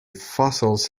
fossils